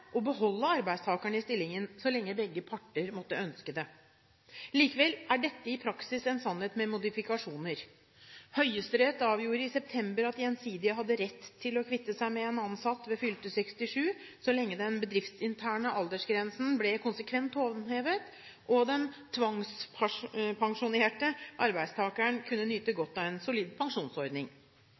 og beholde arbeidstakeren i stillingen så lenge begge parter måtte ønske det. Likevel er dette i praksis en sannhet med modifikasjoner. Høyesterett avgjorde i september i fjor at Gjensidige hadde rett til å kvitte seg med en ansatt ved fylte 67 år så lenge den bedriftsinterne aldersgrensen ble konsekvent håndhevet, og den «tvangspensjonerte» arbeidstakeren kunne nyte godt av en solid pensjonsordning.